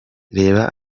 reba